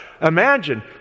Imagine